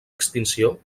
extinció